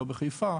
לא בחיפה,